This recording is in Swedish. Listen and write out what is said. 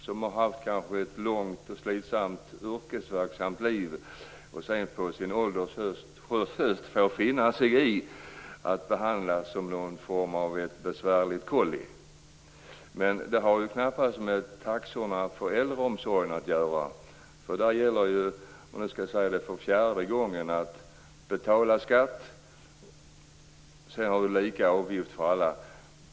De har kanske haft ett långt och slitsamt yrkesverksamt liv och får på sin ålders höst finna sig i att behandlas som ett besvärligt kolli. Men det har ju knappast med taxorna för äldreomsorgen att göra. Där gäller - jag säger det nu för fjärde gången - ju att man betalar olika höga skatter men att alla betalar samma avgifter.